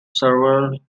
several